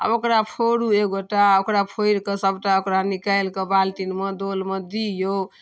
आब ओकरा फोड़ू एकगोटा ओकरा फोड़िके सबटा निकालिकऽ बाल्टीमे डोलमे दिऔ